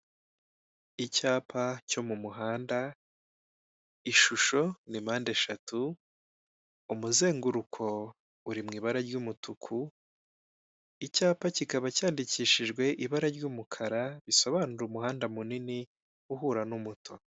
Icyapa cyo mu muhanda, ishusho ni mpande eshatu, umuzenguruko uri mu ibara ry'umutuku, icyapa kikaba cyandikishijwe ibara ry'umukara, bisobanura umuhanda munini uhura n'umuto.